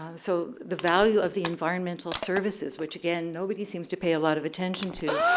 so the value of the environmental services which, again, nobody seems to pay a lot of attention to,